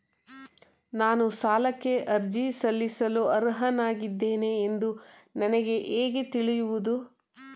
ನಾನು ಸಾಲಕ್ಕೆ ಅರ್ಜಿ ಸಲ್ಲಿಸಲು ಅರ್ಹನಾಗಿದ್ದೇನೆ ಎಂದು ನನಗೆ ಹೇಗೆ ತಿಳಿಯುವುದು?